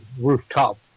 Rooftop